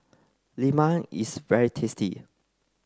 Lemang is very tasty